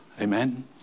Amen